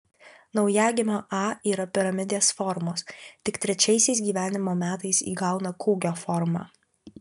naujagimio a yra piramidės formos tik trečiaisiais gyvenimo metais įgauna kūgio formą